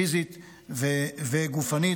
פיזית וגופנית.